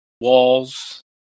walls